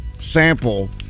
sample